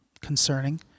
concerning